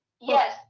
Yes